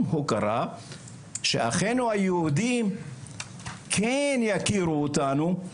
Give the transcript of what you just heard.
הוקרה שאחינו היהודים כן יכירו אותנו.